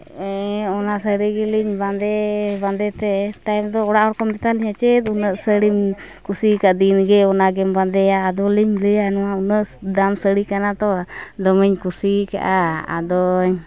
ᱚᱱᱟ ᱥᱟᱹᱲᱤ ᱜᱮᱞᱤᱧ ᱵᱟᱸᱫᱮ ᱵᱟᱸᱫᱮᱛᱮ ᱛᱟᱭᱚᱢ ᱫᱚ ᱚᱲᱟᱜ ᱦᱚᱲ ᱠᱚ ᱢᱮᱛᱟᱞᱤᱧᱟᱹ ᱪᱮᱫ ᱩᱱᱟᱹᱜ ᱥᱟᱹᱲᱤᱢ ᱠᱟᱫ ᱫᱤᱱ ᱜᱮ ᱚᱱᱟᱜᱮᱢ ᱵᱟᱸᱫᱮᱭᱟ ᱟᱫᱚ ᱞᱤᱧ ᱞᱟᱹᱭᱟ ᱱᱚᱣᱟ ᱩᱱᱟᱹᱜ ᱫᱟᱢ ᱥᱟᱹᱲᱤ ᱠᱟᱱᱟ ᱛᱚ ᱫᱚᱢᱮᱧ ᱠᱩᱥᱤ ᱠᱟᱜᱼᱟ ᱟᱫᱚ